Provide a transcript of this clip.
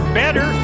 better